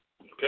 Okay